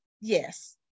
Yes